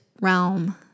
realm